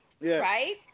right